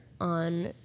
on